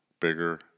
bigger